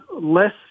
less